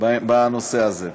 בנושא הזה.